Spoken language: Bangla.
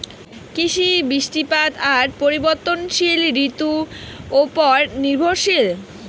কৃষি, বৃষ্টিপাত আর পরিবর্তনশীল ঋতুর উপর নির্ভরশীল